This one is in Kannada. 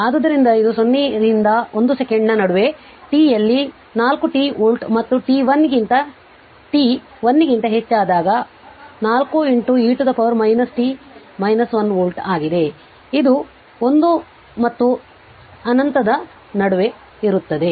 ಆದ್ದರಿಂದ ಇದು 0 ರಿಂದ 1 ಸೆಕೆಂಡ್ನ ನಡುವೆ t ಯಲ್ಲಿ 4 t ವೋಲ್ಟ್ ಮತ್ತು t 1 ಕ್ಕಿಂತ ಹೆಚ್ಚಾದಾಗ 4 e t 1 ವೋಲ್ಟ್ ಆಗಿದೆಇದು 1 ಮತ್ತು ಅನಂತದ ನಡುವೆ ಇರುತ್ತದೆ